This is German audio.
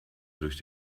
durch